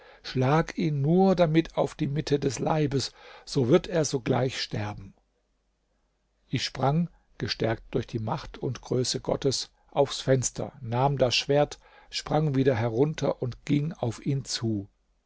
schlag ihn nur damit auf die mitte des leibes so wird er sogleich sterben ich sprang gestärkt durch die macht und größe gottes aufs fenster nahm das schwert sprang wieder herunter und ging auf ihn zu